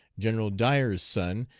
general dyer's son,